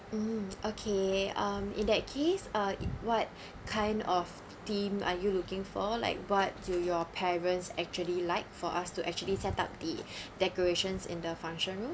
mm okay um in that case uh what kind of theme are you looking for like what do your parents actually like for us to actually set up the decorations in the function room